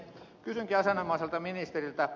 kysynkin asianomaiselta ministeriltä